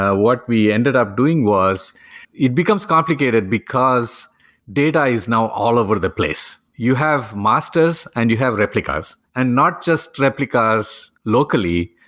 ah what we ended up doing was it becomes complicated, because data is now all over the place. you have masters and you have replicas. and not just replicas locally,